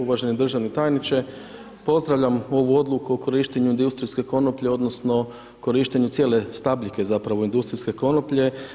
Uvaženi državni tajniče, pozdravljam ovu odluku o korištenju industrijske konoplje odnosno korištenju cijele stabljike, zapravo, industrijske konoplje.